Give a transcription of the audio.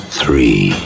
three